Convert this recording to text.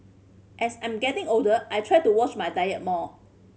as I'm getting older I try to watch my diet more